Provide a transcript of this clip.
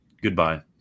goodbye